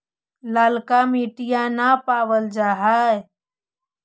ललका मिटीया न पाबल जा है?